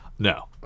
No